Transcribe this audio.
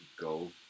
go